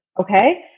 okay